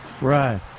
Right